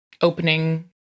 opening